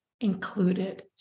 included